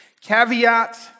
Caveat